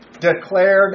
declared